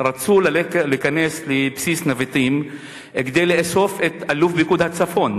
רצו להיכנס לבסיס נבטים כדי לאסוף את אלוף פיקוד הצפון,